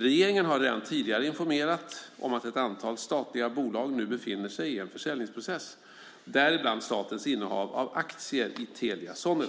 Regeringen har redan tidigare informerat om att ett antal statliga bolag nu befinner sig i en försäljningsprocess, däribland statens innehav av aktier i Telia Sonera.